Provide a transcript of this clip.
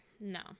No